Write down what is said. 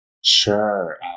Sure